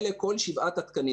אלה כל שבעת התקנים.